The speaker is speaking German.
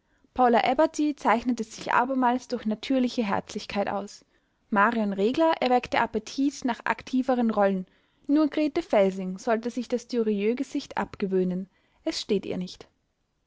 paula eberty zeichnete sich abermals durch natürliche herzlichkeit aus marion regler erweckte appetit nach aktiveren rollen nur grete felsing sollte sich das durieux-gesicht abgewöhnen es steht ihr nicht